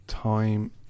Time